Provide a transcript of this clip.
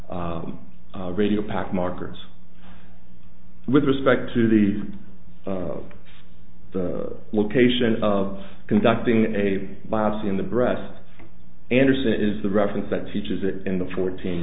radio pack markers with respect to the of the location of conducting a bias in the brass anderson is the reference that teaches it in the fourteen